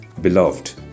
Beloved